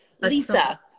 Lisa